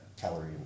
calorie